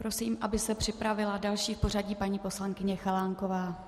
Prosím, aby se připravila další v pořadí paní poslankyně Chalánková.